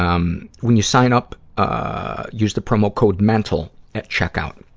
um, when you sign up, ah, use the promo code mental at checkout.